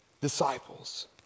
disciples